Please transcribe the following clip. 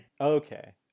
Okay